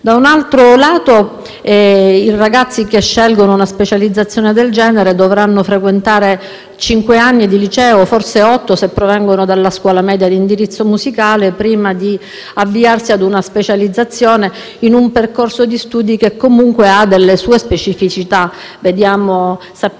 Inoltre, i ragazzi che scelgono una specializzazione del genere dovranno frequentare cinque anni di liceo, forse otto se provengono dalla scuola media ad indirizzo musicale, prima di avviarsi ad una specializzazione in un percorso di studi che comunque ha delle specificità proprie,